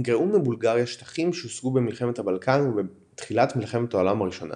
נגרעו מבולגריה שטחים שהושגו במלחמות הבלקן ובתחילת מלחמת העולם הראשונה